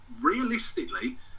Realistically